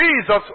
Jesus